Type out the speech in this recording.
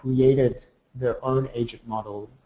created their own agent model.